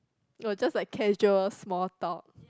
oh just like casual small talk